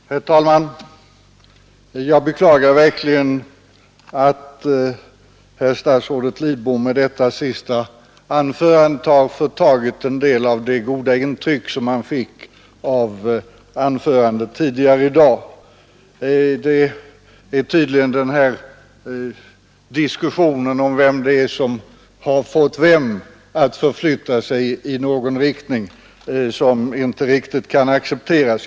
Herr talman! Jag beklagar verkligen att statsrådet Lidbom med detta senaste anförande förtog en del av det goda intryck vi fick genom hans tidigare anförande i dag. Det är tydligen diskussionerna om vem som har fått vem att förflytta sig i någon riktning som inte riktigt kan accepteras.